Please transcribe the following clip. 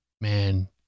man